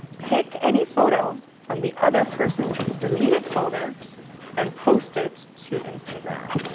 pick any photo from the other person's deleted folder and post it to instagram.